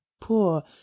poor